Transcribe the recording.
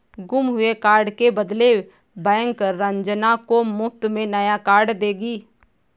गुम हुए कार्ड के बदले बैंक रंजना को मुफ्त में नया कार्ड देगी